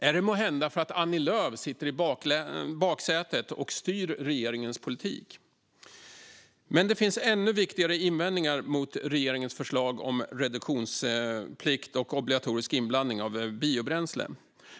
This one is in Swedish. Är det måhända för att Annie Lööf sitter i baksätet och styr regeringens politik? Men det finns ännu viktigare invändningar mot regeringens förslag om reduktionsplikt och obligatorisk inblandning av biobränsle.